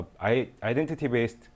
identity-based